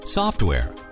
software